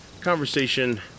conversation